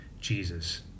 Jesus